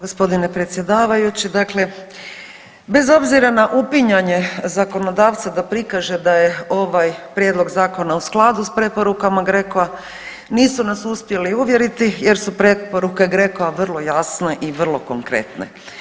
Gospodine predsjedavajući dakle, bez obzira na upinjanje zakonodavca da prikaže da je ovaj prijedlog zakona u skladu sa preporukama GRECO-a, nisu nas uspjeli uvjeriti jer su preporuke GRECO-a vrlo jasne i vrlo konkretne.